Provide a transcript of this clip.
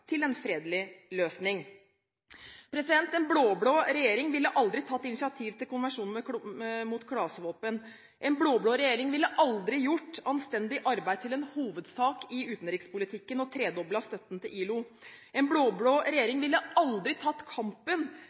til en fredelig løsning. En blå-blå regjering ville aldri tatt initiativet til konvensjonen mot klasevåpen. En blå-blå regjering ville aldri gjort anstendig arbeid til en hovedsak i utenrikspolitikken og tredoblet støtten til ILO. En blå-blå regjering ville aldri tatt kampen